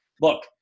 Look